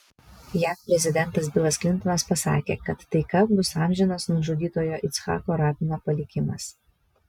jav prezidentas bilas klintonas pasakė kad taika bus amžinas nužudytojo icchako rabino palikimas